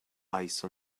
ice